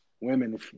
Women